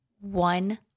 one